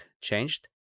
changed